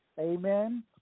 Amen